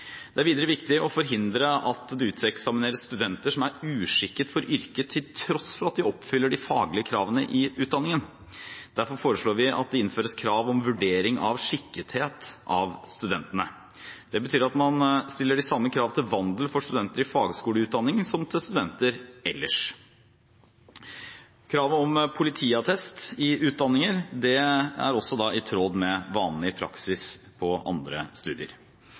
Det er videre viktig å forhindre at det uteksamineres studenter som er uskikket for yrket, til tross for at de oppfyller de faglige kravene i utdanningen. Derfor foreslår vi at det innføres krav om vurdering av skikkethet av studentene. Det betyr at man stiller de samme krav til vandel for studenter i fagskoleutdanning som til studenter ellers. Kravet om politiattest i utdanninger er også i tråd med vanlig praksis på andre studier.